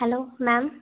hello ma'am